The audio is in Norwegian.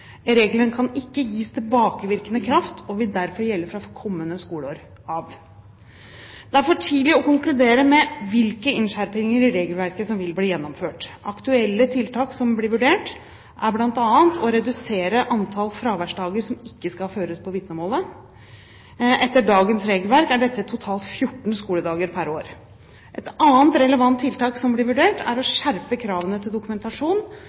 Reglene kan ikke gis tilbakevirkende kraft og vil derfor gjelde fra kommende skoleår av. Det er for tidlig å konkludere med hvilke innskjerpinger i regelverket som vil bli gjennomført. Aktuelle tiltak som blir vurdert, er bl.a. å redusere antall fraværsdager som ikke skal føres på vitnemålet. Etter dagens regelverk er dette totalt 14 skoledager pr. år. Et annet relevant tiltak som blir vurdert, er å skjerpe kravene til dokumentasjon